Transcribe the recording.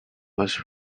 was